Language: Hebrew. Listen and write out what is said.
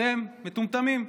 אתם מטומטמים,